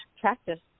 practice